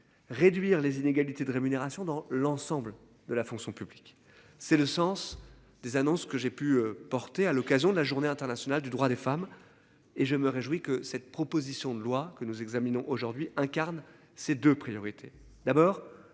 réduire les inégalités de rémunérations dans l'ensemble de la fonction publique, c'est le sens des annonces que j'ai pu porter à l'occasion de la Journée internationale du droit des femmes et je me réjouis que cette proposition de loi que nous examinons aujourd'hui incarne ces 2 priorités